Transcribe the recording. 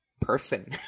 person